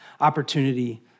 opportunity